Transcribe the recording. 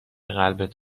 قلبت